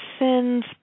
sins